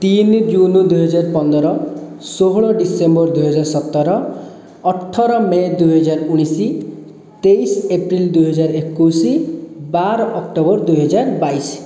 ତିନି ଜୁନ ଦୁଇହଜାର ପନ୍ଦର ଷୋହଳ ଡିସେମ୍ବର ଦୁଇ ହଜାର ସତର ଅଠର ମେ ଦୁଇହଜାର ଉଣାଇଶ ତେଇଶ ଏପ୍ରିଲ ଦୁଇହଜାର ଏକୋଇଶ ବାର ଅକ୍ଟୋବର ଦୁଇହଜାର ବାଇଶ